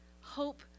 hope